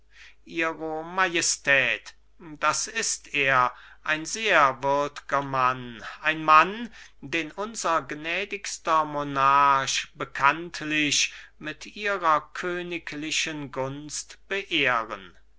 ihre majestät das ist er ein sehr würdger mann ein mann den unser gnädigster monarch bekanntlich mit ihrer königlichen gunst beehren